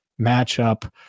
matchup